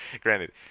Granted